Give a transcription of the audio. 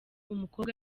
umukobwa